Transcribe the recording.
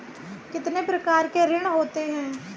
कितने प्रकार के ऋण होते हैं?